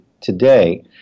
today